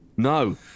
No